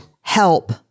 help